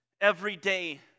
everyday